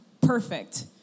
perfect